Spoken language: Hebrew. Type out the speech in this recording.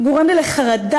גורם לי לחרדה.